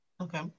okay